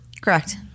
Correct